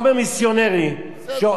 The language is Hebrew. שמביאים מבית לבית,